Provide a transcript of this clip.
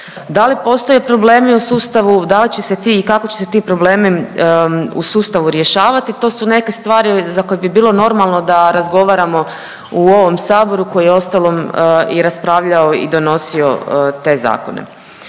Da li postoje problemi u sustavu, da li će se ti i kako će se ti problemi u sustavu rješavati, to su neke stvari za koje bi bilo normalno da razgovaramo u ovom saboru koji je uostalom i raspravljao i donosio te zakone.